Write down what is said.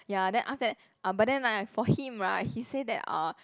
ya then after that uh but then like for him right he said that uh